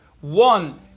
One